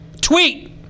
Tweet